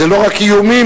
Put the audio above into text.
זה לא רק איומים.